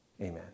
amen